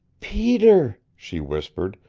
peter! she whispered.